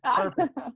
perfect